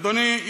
אדוני,